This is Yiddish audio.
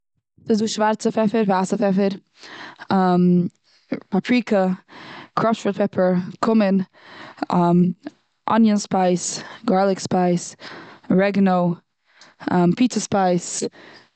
ס'איז דא שווארצע פעפער, ווייסע פעפער, פאפריקא, קראשד רעד פעפער, קומין, אניון ספייס, גארליק ספייס, ארעגענאו, פיצא ספייס.